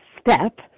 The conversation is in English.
step